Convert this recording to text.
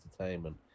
entertainment